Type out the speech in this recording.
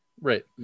Right